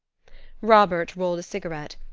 robert rolled a cigarette.